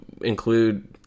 include